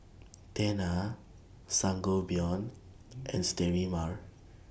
Tena Sangobion and Sterimar